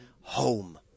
home